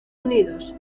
unidos